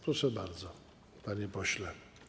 Proszę bardzo, panie pośle.